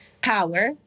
power